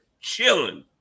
chilling